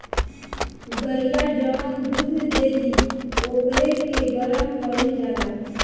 गइया जवन दूध देली ओकरे के गरम कईल जाला